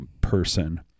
person